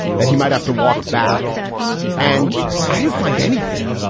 that he might have to walk back and i didn't find anything.